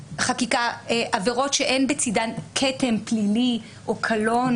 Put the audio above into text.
עבירות שאין בצידן כתם פלילי או קלון